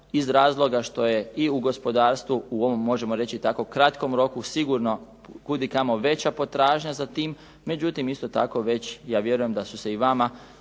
iz razloga što je i u gospodarstvo u ovom možemo tako reći u kratkom roku sigurno kud i kamo veća potražnja za tim. Međutim, isto tako već ja vjerujem da su se i vama,